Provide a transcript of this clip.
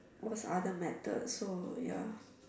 what's other methods so ya